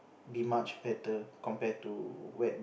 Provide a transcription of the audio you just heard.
be much better compared to when